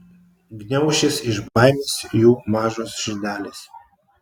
gniaušis iš baimės jų mažos širdelės